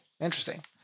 interesting